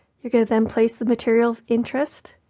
you're going to then place the material of interest,